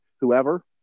whoever